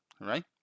right